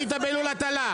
היית בלול הטלה.